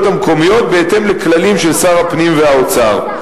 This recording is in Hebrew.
המקומיות בהתאם לכללים של שר הפנים והאוצר.